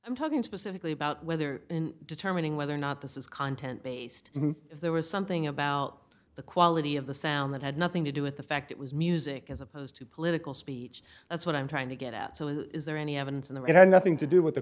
i'm talking specifically about whether in determining whether or not this is content based if there was something about the quality of the sound that had nothing to do with the fact it was music as opposed to political speech that's what i'm trying to get at so is there any evidence in the it had nothing to do with the